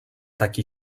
taki